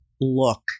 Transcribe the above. look